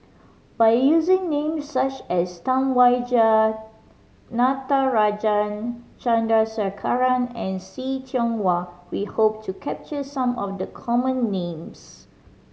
by using names such as Tam Wai Jia Natarajan Chandrasekaran and See Tiong Wah we hope to capture some of the common names